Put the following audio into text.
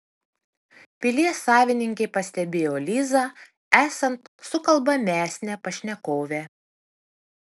pilies savininkė pastebėjo lizą esant sukalbamesnę pašnekovę